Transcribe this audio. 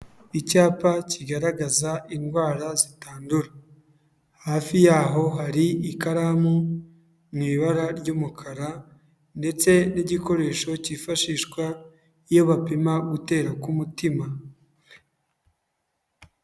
Icyapa kigaragaza indwara zitandura, hafi yaho hari ikaramu mu ibara ry'umukara ndetse n'igikoresho cyifashishwa iyo bapima gutera k'umutima.